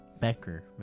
Becker